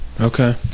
Okay